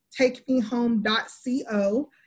TakeMeHome.co